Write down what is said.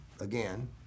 again